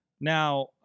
now